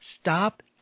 Stop